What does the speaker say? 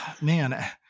man